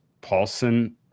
Paulson